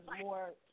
more